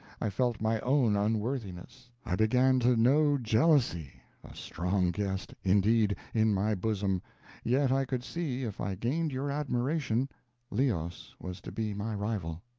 i felt my own unworthiness. i began to know jealously, a strong guest indeed, in my bosom yet i could see if i gained your admiration leos was to be my rival.